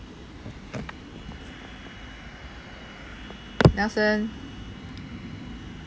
nelson